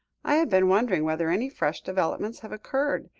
i have been wondering whether any fresh developments have occurred.